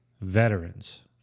veterans